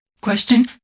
Question